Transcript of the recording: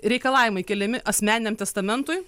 reikalavimai keliami asmeniniam testamentui